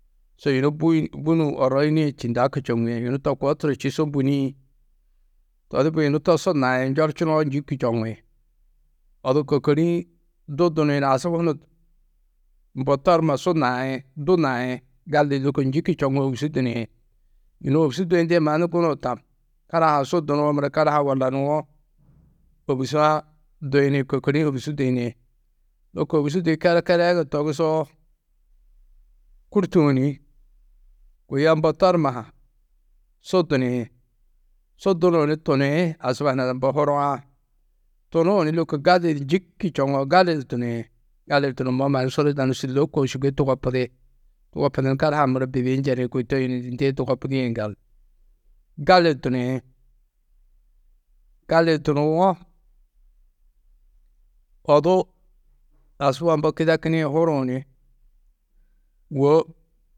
Su yunu bûi bûnuũ orroyinîe ĉî ndaki čoŋîe yunu to koo turo čî su bûniĩ. To di bu yunu to su nai njorčinoo njîki čoŋi. Odu kôkori-ĩ du duniĩ asubu hunu mbo toruma su nai du nai gali di lôko njîki čoŋoo ôbusu duniĩ. Yunu ôbusu duyindĩ mannu gunuũ tam. Karaha-ã su dunuwo muro karaha wallanuwo ôbusa-ã duyini kôkori-ĩ ôbusu duyini. Lôko ôbusu duyi kelekeleego togusoo kûrtuũ ni kôi a mbo toruma ha su duniĩ. Su dunuũ ni tuniĩ asuba huna mbo huruã tunuũ ni lôko gali di njîki čoŋoo gali di tuniĩ gali di tunummoó mannu suru yidanú, sûllo koo šûgoi tugopudi, tugopudu ni karaha-ã muro bibiyi njeni. Kôi to yinidindîe tugopudĩ yiŋgaldu gali di tuniĩ, gali di tunuwo, odu asubu a mbo kidekinĩ huruũ ni wô.